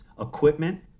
Equipment